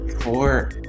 Four